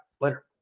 later